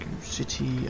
City